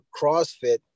CrossFit